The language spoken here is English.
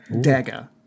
dagger